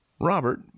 Robert